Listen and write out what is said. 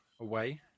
away